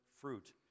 fruit